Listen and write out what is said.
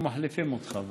היינו מחליפים אותך.